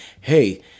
hey